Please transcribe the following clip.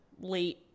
late